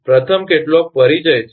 પ્રથમ કેટલોક પરિચય છે